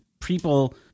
people